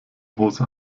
hose